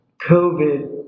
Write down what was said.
covid